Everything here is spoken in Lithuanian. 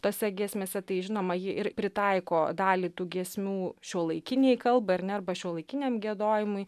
tose giesmėse tai žinoma ji ir pritaiko dalį tų giesmių šiuolaikinei kalbai ar ne arba šiuolaikiniam giedojimui